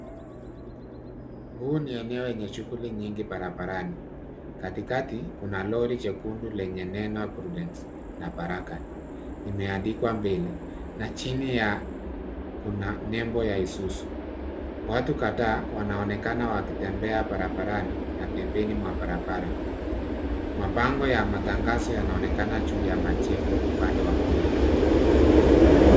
Huu ni eneo lenye shughuli nyingi barabarani katikati kuna lori jekundu lenye neno prudence na baraka imeandikwa mbele na chini ya kuna nembo ya Isuzu, watu kadhaa wanaonekana wakitembea barabarani na pembeni mwa barabara ya matangazo yanaonekana juu ya majengo upande wa kulia.